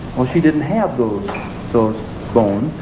well she didn't have those so bones.